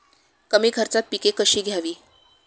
कमी खर्चात पिके कशी घ्यावी?